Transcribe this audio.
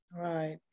Right